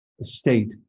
state